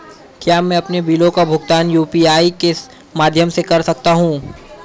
क्या मैं अपने बिलों का भुगतान यू.पी.आई के माध्यम से कर सकता हूँ?